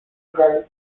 umgang